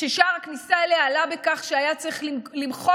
ששער הכניסה אליה עלה בכך שהיה צריך למחוק